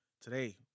today